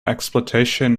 exploitation